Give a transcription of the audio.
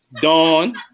Dawn